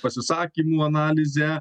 pasisakymų analizę